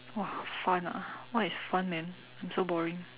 !wah! fun ah what is fun man I'm so boring